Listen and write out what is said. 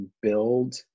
build